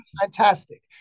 fantastic